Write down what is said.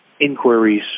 inquiries